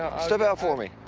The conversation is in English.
step out for me.